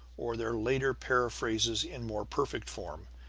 or their later paraphrases in more perfect form,